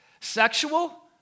Sexual